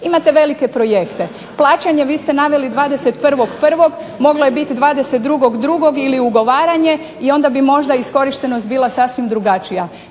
Imate velike projekte, plaćanje vi ste naveli 21. 1. moglo je biti 22. 2 ili ugovaranje i onda bi možda iskorištenost bila sasvim drugačija.